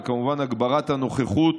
וכמובן הגברת הנוכחות